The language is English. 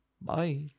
Bye